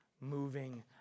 moving